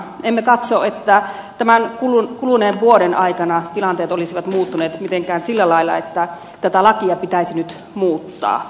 emme katso että tämän kuluneen vuoden aikana tilanteet olisivat muuttuneet mitenkään sillä lailla että tätä lakia pitäisi nyt muuttaa